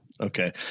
Okay